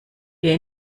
wir